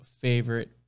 favorite